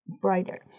brighter